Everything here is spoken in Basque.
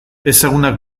ezagunak